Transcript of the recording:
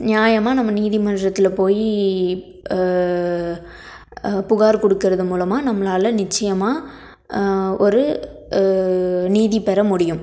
நியாயமாக நம்ம நீதிமன்றத்தில் போய் புகார் கொடுக்கறது மூலமாக நம்மளால் நிச்சயமாக ஒரு நீதி பெற முடியும்